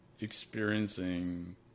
experiencing